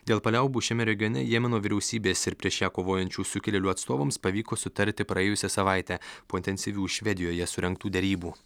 dėl paliaubų šiame regione jemeno vyriausybės ir prieš ją kovojančių sukilėlių atstovams pavyko sutarti praėjusią savaitę po intensyvių švedijoje surengtų derybų